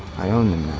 i own them